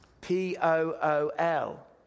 P-O-O-L